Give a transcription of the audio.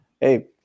hey